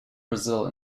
brazil